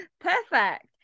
Perfect